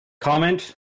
Comment